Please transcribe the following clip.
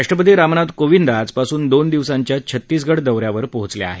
राष्ट्रपती रामनाथ कोविंद आजपासून दोन दिवसांच्या छत्तीसगड दौऱ्यावर पोचले आहेत